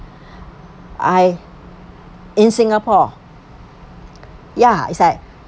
I in singapore ya is like